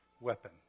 weapon